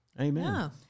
Amen